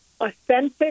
authentic